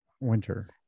Winter